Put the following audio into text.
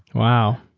wow.